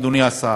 אדוני השר,